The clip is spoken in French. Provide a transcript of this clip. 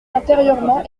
intérieurement